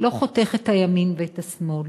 לא חותך את הימין ואת השמאל.